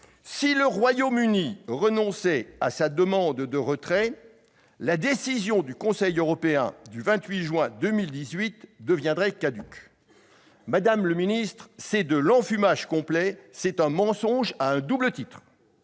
si le Royaume-Uni renonçait à sa demande de retrait, la décision du Conseil du 28 juin 2018 deviendrait caduque ». Madame le ministre, c'est de l'enfumage total et un mensonge à un double titre.